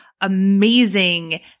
amazing